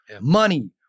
Money